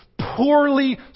poorly